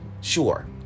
sure